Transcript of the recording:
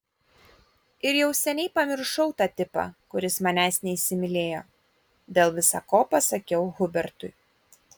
ir jau seniai pamiršau tą tipą kuris manęs neįsimylėjo dėl visa ko pasakiau hubertui